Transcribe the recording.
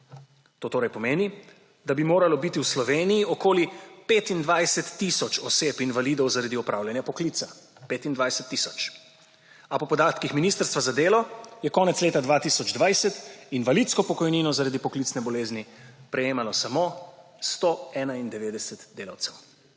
To torej pomeni, da bi moralo biti v Sloveniji okoli 25 tisoč oseb invalidov zaradi opravljanja poklica. 25 tisoč. A po podatkih ministrstva za delo je konec leta 2020 invalidsko pokojnino zaradi poklicne bolezni prejemalo samo 191 delavcev.